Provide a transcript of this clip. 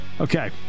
Okay